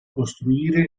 costruire